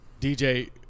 DJ